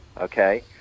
okay